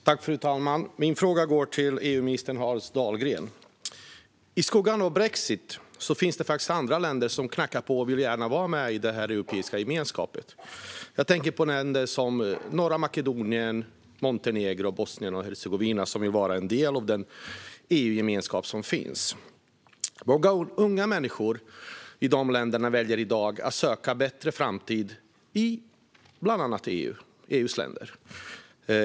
Fru talman! Min fråga går till EU-minister Hans Dahlgren. I skuggan av brexit finns det faktiskt länder som knackar på och gärna vill vara med i den europeiska gemenskapen. Jag tänker på länder som Nordmakedonien, Montenegro och Bosnien och Hercegovina, som vill vara en del av den EU-gemenskap som finns. Många unga människor i de länderna väljer i dag att söka sig en bättre framtid, bland annat i EU:s länder.